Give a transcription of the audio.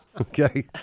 Okay